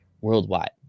worldwide